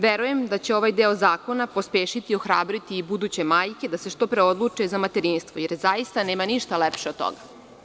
Verujem da će ovaj deo zakona pospešiti i ohrabriti buduće majke da se što pre odluče za materinstvo, jer zaista nema ništa lepše od toga.